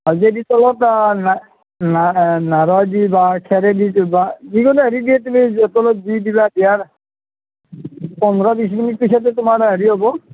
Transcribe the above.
আওজাই দি তলত নৰাই দি বা খেৰেদি যিকোনো হেৰি দি তুমি তলত জুই দিবা দিয়াৰ পোন্ধৰ বিশ মিনিট পিছতে তোমাৰ হেৰি হ'ব